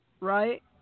right